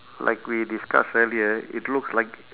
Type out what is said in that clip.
like we discuss earlier it looks like